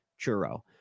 churro